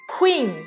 Queen